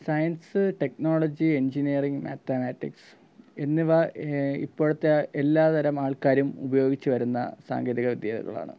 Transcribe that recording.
science technology engineering mathematics എന്നിവ ഇപ്പോഴത്തെ എല്ലാതരം ആൾക്കാരും ഉപയോഗിച്ചുവരുന്ന സാങ്കേതിക വിദ്യകളാണ്